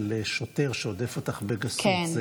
של שוטר שהודף אותך בגסות,